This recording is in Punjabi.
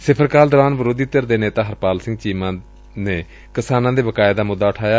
ਸਿਫ਼ਰ ਕਾਲ ਦੌਰਾਨ ਵਿਰੋਧੀ ਧਿਰ ਦੇ ਨੇਤਾ ਹਰਪਾਲ ਸਿੰਘ ਚੀਮਾ ਨੇ ਕਿਸਾਨਾਂ ਦੇ ਬਕਾਏ ਦਾ ਮੁੱਦਾ ਉਠਾਇਆ